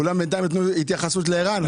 כולם נתנו התייחסות לערן?